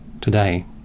today